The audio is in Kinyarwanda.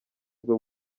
bwo